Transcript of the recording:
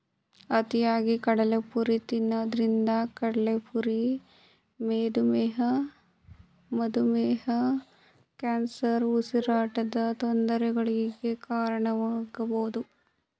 ಅತಿಯಾಗಿ ಕಡಲೆಪುರಿ ತಿನ್ನೋದ್ರಿಂದ ಕಡ್ಲೆಪುರಿ ಮಧುಮೇಹ, ಕ್ಯಾನ್ಸರ್, ಉಸಿರಾಟದ ತೊಂದರೆಗಳಿಗೆ ಕಾರಣವಾಗಬೋದು